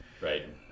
right